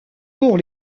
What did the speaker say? pour